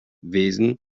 wesen